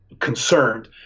concerned